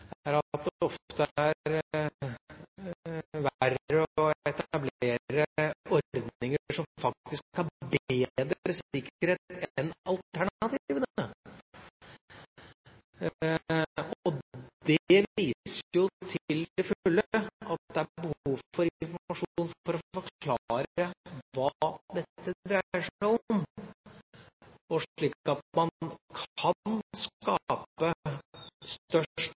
ofte er verre å etablere ordninger som faktisk har bedre sikkerhet enn alternativene. Det viser jo til fulle at det er behov for informasjon for å forklare hva dette dreier seg om, slik at man kan skape størst